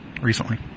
recently